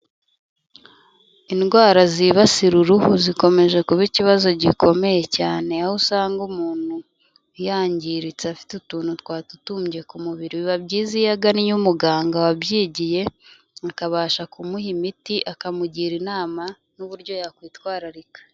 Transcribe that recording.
Indwara zibasira uruhu zikomeje kuba ikibazo gikomeye cyane, aho usanga umuntu yangiritse afite utuntu twatutumbye ku mubiri, biba byiza iyo agannye umuganga wabyigiye akabasha kumuha imiti, akamugira inama n'uburyo yakwitwararika.